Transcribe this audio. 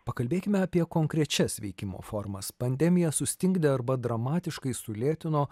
pakalbėkime apie konkrečias veikimo formas pandemija sustingdė arba dramatiškai sulėtino